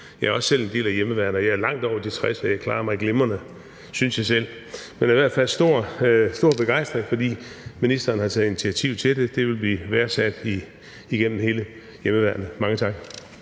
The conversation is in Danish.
Jeg er også selv en del af hjemmeværnet, og jeg er langt over de 60 år, og jeg klarer mig glimrende, synes jeg selv. Men der er i hvert fald stor begejstring, fordi ministeren har taget initiativ til det. Det vil blive værdsat i hele hjemmeværnet. Mange tak.